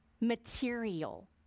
material